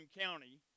County